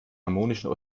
harmonischen